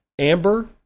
Amber